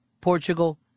Portugal